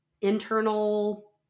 internal